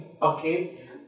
Okay